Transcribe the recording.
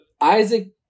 Isaac